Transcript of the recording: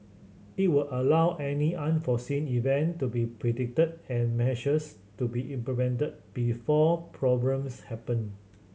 it will allow any unforeseen event to be predicted and measures to be implemented before problems happen